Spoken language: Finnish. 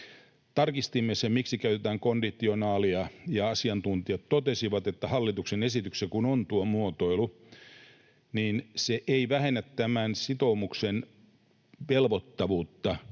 Tarkistimme sen, miksi käytetään konditionaalia, ja asiantuntijat totesivat, että hallituksen esityksessä kun on tuo muotoilu, niin se ei vähennä tämän sitoumuksen velvoittavuutta.